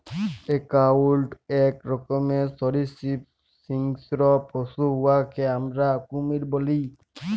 crocodile ইক রকমের সরীসৃপ হিংস্র পশু উয়াকে আমরা কুমির ব্যলি